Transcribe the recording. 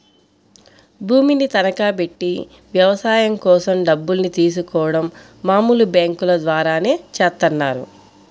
భూమిని తనఖాబెట్టి వ్యవసాయం కోసం డబ్బుల్ని తీసుకోడం మామూలు బ్యేంకుల ద్వారానే చేత్తన్నారు